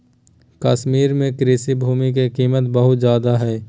कश्मीर में कृषि भूमि के कीमत बहुत ज्यादा हइ